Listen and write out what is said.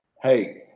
Hey